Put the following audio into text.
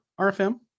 RFM